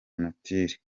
nature